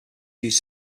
used